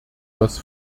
das